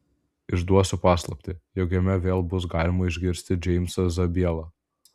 išduosiu paslaptį jog jame vėl bus galima išgirsti džeimsą zabielą